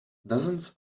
dozens